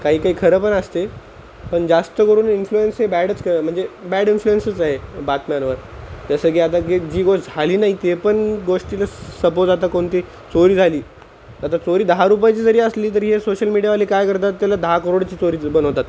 काही काही खरं पण असते पण जास्त करून इन्फ्लुएन्स हे बॅडच ख म्हणजे बॅड इन्फ्लुए्सच आहे बातम्यांवर जसं की आता की जी गोष्ट झाली नाही ते पण गोष्टीला सपोज आता कोणती चोरी झाली आता चोरी दहा रुपयची जरी असली तरी हे सोशल मीडियावाले काय करतात त्याला दहा करोडची चोरीच बनवतात